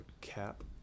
cap